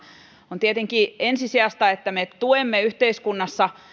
on tietenkin ensisijaista että me tuemme yhteiskunnassa